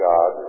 God